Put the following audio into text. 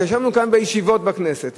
וכשישבנו כאן בישיבות בכנסת,